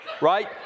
right